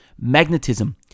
Magnetism